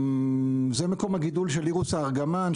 זה מקום הגידול של אירוס הארגמן,